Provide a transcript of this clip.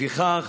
לפיכך